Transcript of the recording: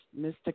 Mr